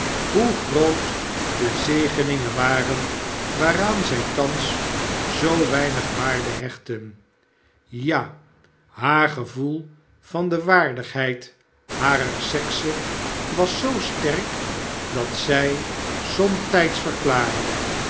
hoe groot de zegeningen waren waaraan zij thans zoo weinig waarde hechtten ja haar gevoel van de waardigheid harer sekse was zoo sterk dat zij